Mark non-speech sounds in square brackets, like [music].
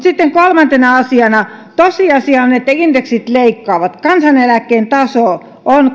[unintelligible] sitten kolmantena asiana tosiasia on että indeksijäädytykset leikkaavat kaksituhattayhdeksäntoista kansaneläkkeen taso on [unintelligible]